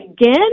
again